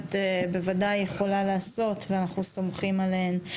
מוסמכת בוודאי יכולה לעשות ואנחנו סומכים עליהן.